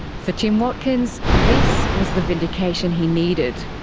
for tim watkins, this was the vindication he needed,